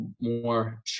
more